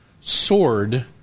sword